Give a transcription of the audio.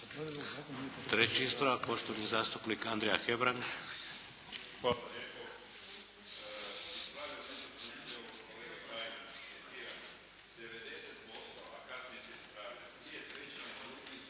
Treći ispravak, poštovani zastupnik Andrija Hebrang.